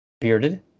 bearded